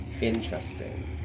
Interesting